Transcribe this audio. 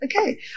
Okay